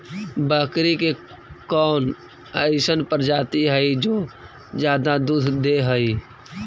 बकरी के कौन अइसन प्रजाति हई जो ज्यादा दूध दे हई?